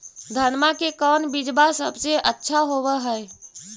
धनमा के कौन बिजबा सबसे अच्छा होव है?